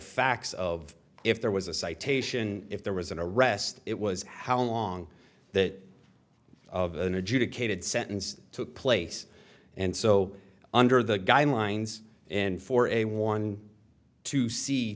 facts of if there was a citation if there was an arrest it was how long that of an adjudicator sentence took place and so under the guidelines and for a warning to see